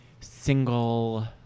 single